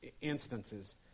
instances